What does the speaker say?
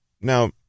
Now